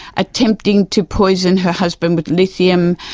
attempting to poison her husband with lithium,